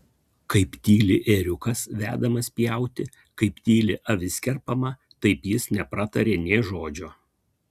kaip tyli ėriukas vedamas pjauti kaip tyli avis kerpama taip jis nepratarė nė žodžio